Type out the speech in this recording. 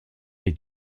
est